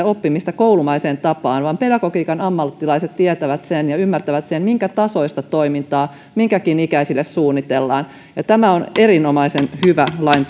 oppimista koulumaiseen tapaan vaan pedagogiikan ammattilaiset tietävät sen ja ymmärtävän sen minkä tasoista toimintaa minkäkin ikäisille suunnitellaan ja tämä on erinomaisen hyvä lain